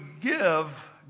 give